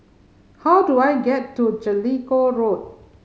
how do I get to Jellicoe Road